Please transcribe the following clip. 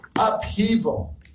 upheaval